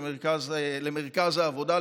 למרכז העבודה,